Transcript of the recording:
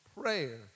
prayer